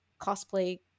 cosplay